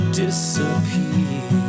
disappear